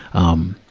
um,